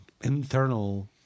internal